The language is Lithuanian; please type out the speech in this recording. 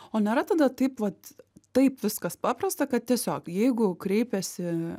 o nėra tada taip vat taip viskas paprasta kad tiesiog jeigu kreipiasi